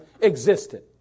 existed